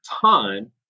time